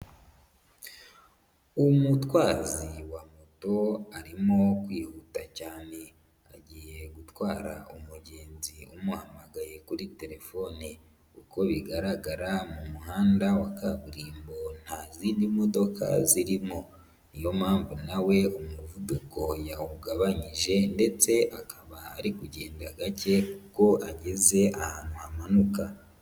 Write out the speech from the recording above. Umutwazi wa moto arimo kwihuta cyane, agiye gutwara umugenzi umuhamagaye kuri telefone, uko bigaragara mu muhanda wa kaburimbo nta zindi modoka zirimo ni yo mpamvu na we umuvuduko yawugabanyije ndetse akaba ari kugenda gake ubwo ageze ahantu hamanuka.